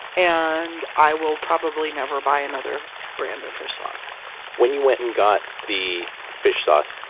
and i will probably never buy another brand of fish sauce when you went and got the fish sauce,